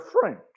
French